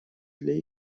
для